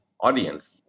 audience